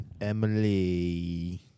emily